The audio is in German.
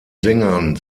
sängern